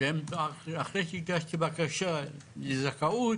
ואחרי שהגשתי בקשה לזכאות